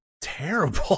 terrible